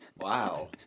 Wow